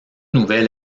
nouvel